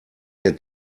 der